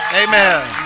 Amen